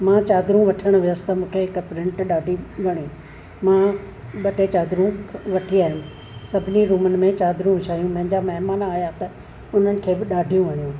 मां चादरूं वठणु वयसि त मूंखे हिकु प्रिंट ॾाढी वणे मां ॿ टे चादरूं वठी आयमि सभिनी रूमनि में चादरूं विछाइयूं पंहिंजा महिमान आया त उन्हनि खे बि ॾाढियूं वणियूं